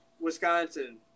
Wisconsin